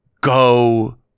go